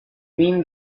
mean